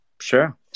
sure